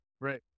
Right